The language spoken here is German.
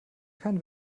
kein